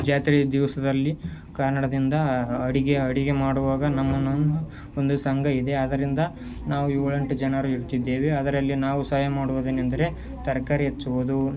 ಜಾತ್ರೆ ದಿವಸದಲ್ಲಿ ಅಡುಗೆ ಅಡುಗೆ ಮಾಡುವಾಗ ನಮ್ಮನ್ನು ಒಂದು ಒಂದು ಸಂಘ ಇದೆ ಅದರಿಂದ ನಾವು ಏಳು ಎಂಟು ಜನರು ಇರ್ತಿದ್ದೇವೆ ಅದರಲ್ಲಿ ನಾವು ಸಹಾಯ ಮಾಡುವುದೇನೆಂದರೆ ತರಕಾರಿ ಹೆಚ್ಚುವುದು